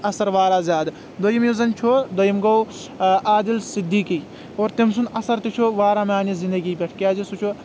اثر واریاہ زیٛادٕ دوٚیِم گوٚو عادِل صِدیٖقی اور تٔمہِ سُنٛد اثر تہِ چھ واریاہ میٛانہِ زِنٛدگی پٮ۪ٹھ کیٛازِ سُہ چُھ